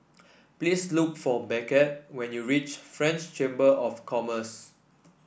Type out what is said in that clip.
please look for Beckett when you reach French Chamber of Commerce